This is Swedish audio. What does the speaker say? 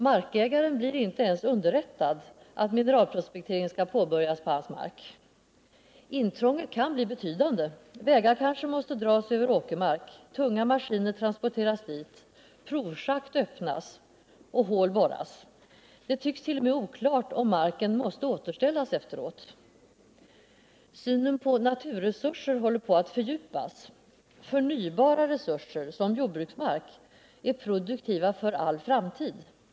Markägaren blir inte ens underrättad om att mineralprospektering skall påbörjas på hans mark. Intrånget kan bli betydande: vägar kanske måste dras över åkermark, tunga maskiner transporteras dit, provschakt öppnas och hål borras. Det tycks t.o.m. vara oklart om marken måste återställas efteråt. Synen på naturresurser håller på att fördjupas. Förnybara resurser, som jordbruksmark, är produktiva för all framtid.